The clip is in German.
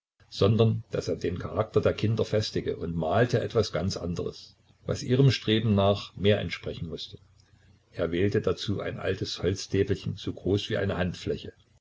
sondern daß er den charakter der kinder festige und malte etwas ganz anderes was ihrem streben noch mehr entsprechen mußte er wählte dazu ein altes holztäfelchen so groß wie eine handfläche